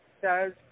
says